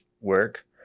work